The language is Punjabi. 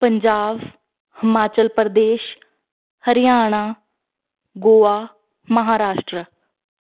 ਪੰਜਾਬ ਹਿਮਾਚਲ ਪ੍ਰਦੇਸ਼ ਹਰਿਆਣਾ ਗੋਆ ਮਹਾਰਾਸ਼ਟਰ